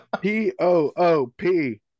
p-o-o-p